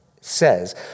says